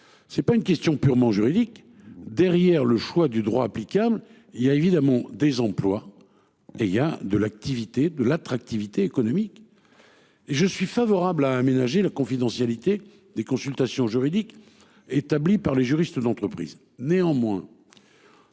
C'est pas une question purement juridique. Derrière le choix du droit applicable. Il y a évidemment des emplois et il y a de l'activité de l'attractivité économique. Et je suis favorable à aménager la confidentialité des consultations juridiques établies par les juristes d'entreprise néanmoins.